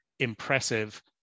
impressive